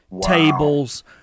tables